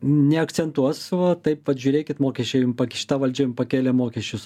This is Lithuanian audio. neakcentuos va taip vat žiūrėkit mokesčiai jum šita valdžia jum pakėlė mokesčius